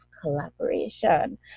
collaboration